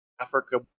Africa